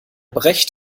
brecht